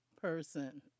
person